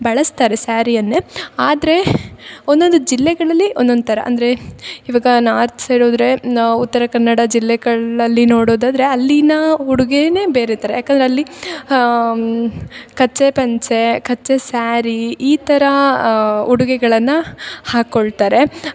ಬಳಸ್ತಾರೆ ಸ್ಯಾರಿಯನ್ನೆ ಆದರೆ ಒಂದೊಂದು ಜಿಲ್ಲೆಗಳಲ್ಲಿ ಒಂದೊಂದು ಥರ ಅಂದರೆ ಇವಾಗ ನಾರ್ತ್ ಸೈಡ್ ಹೋದ್ರೆ ಉತ್ತರ ಕನ್ನಡ ಜಿಲ್ಲೆಗಳಲ್ಲಿ ನೋಡೋದಾದರೆ ಅಲ್ಲಿನ ಉಡುಗೇನೆ ಬೇರೆ ಥರ ಯಾಕಂದ್ರ ಅಲ್ಲಿ ಕಚ್ಚೆ ಪಂಚೆ ಕಚ್ಚೆ ಸ್ಯಾರಿ ಈ ಥರ ಉಡುಗೆಗಳನ್ನ ಹಾಕೊಳ್ತಾರೆ